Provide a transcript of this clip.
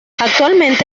actualmente